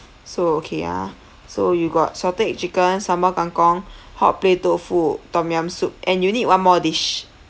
so okay ah so you got salted egg chicken sambal kangkong hot plate tofu tom yum soup and you need one more dish